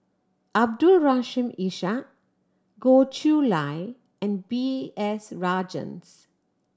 Abdul Rahim Ishak Goh Chiew Lye and B S Rajhans